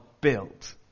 built